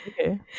Okay